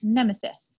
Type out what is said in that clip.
Nemesis